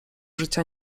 życia